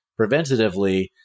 preventatively